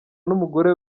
n’umugore